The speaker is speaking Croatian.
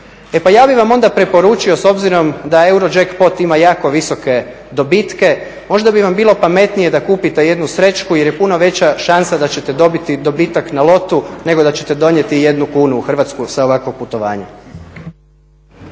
E pa ja bih vam onda preporučio, s obzirom da Euro Jackpot ima jako visoke dobitke, možda bi vam bilo pametnije da kupite jednu srećku jer je puno veća šansa da ćete dobiti dobitak na lotu, nego da ćete donijeti jednu kunu u Hrvatsku sa ovakvog putovanja.